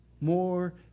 more